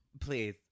Please